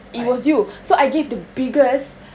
it was you so I gave the biggest